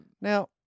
Now